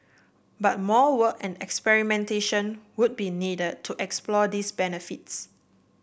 but more work and experimentation would be needed to explore these benefits